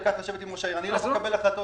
אני לא מקבל החלטות